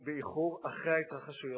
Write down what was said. באיחור אחרי ההתרחשויות,